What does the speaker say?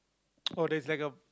all there's like a